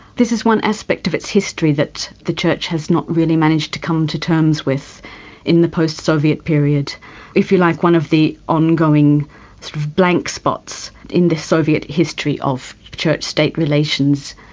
this is one aspect of its history that the church has not really managed to come to terms with in the post-soviet period if you like, one of the ongoing sort of blank spots in the soviet history of church-state relations.